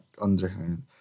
underhand